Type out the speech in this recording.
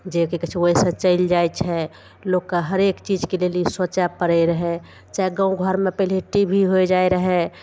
जे कि कहय छै ओइसँ चलि जाइ छै लोकके हरेक चीजके लेल ई सोचय पड़य रहय चाहे गाँव घरमे पहिले टी बी होइ जाइ रहय